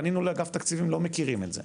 פנינו לאגף תקציבים והם לא מכירים את זה,